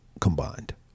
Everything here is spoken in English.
combined